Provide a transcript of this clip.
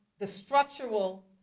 the structural